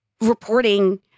reporting